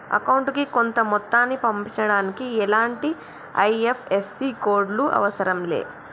అకౌంటుకి కొంత మొత్తాన్ని పంపించడానికి ఎలాంటి ఐ.ఎఫ్.ఎస్.సి కోడ్ లు అవసరం లే